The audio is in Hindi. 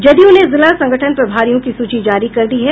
जदयू ने जिला संगठन प्रभारियों की सूची जारी कर दी है